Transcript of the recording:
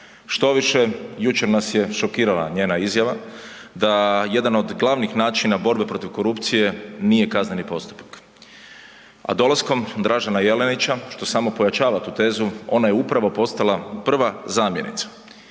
Štoviše jučer nas je šokirala njena izjava da jedan od glavnih načina borbe protiv korupcije nije kazneni postupak, a dolaskom Dražena Jelenića što samo pojačava tu tezu ona je upravo postala prva zamjenica.